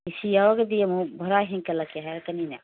ꯑꯦ C ꯌꯥꯎꯔꯒꯗꯤ ꯑꯃꯨꯛ ꯚꯔꯥ ꯍꯦꯟꯀꯠꯂꯛꯀꯦ ꯍꯥꯏꯔꯛꯀꯅꯤꯅꯦ